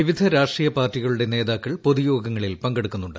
വിവിധ രാഷ്ട്രീയ പാർട്ടികളുടെ നേതാക്കൾ പൊതുയോഗങ്ങളിൽ പങ്കെടുക്കുന്നുണ്ട്